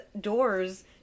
doors